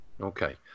Okay